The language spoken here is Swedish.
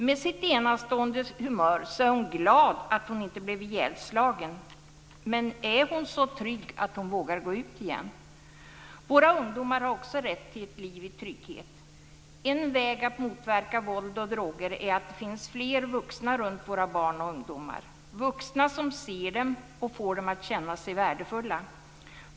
Med sitt enastående humör är hon glad att hon inte blev ihjälslagen, men är hon så trygg att hon vågar gå ut igen? Våra ungdomar har också rätt till ett liv i trygghet. En väg att motverka våld och droger är att det finns fler vuxna runt våra barn och ungdomar - vuxna som ser dem och får dem att känna sig värdefulla.